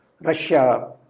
Russia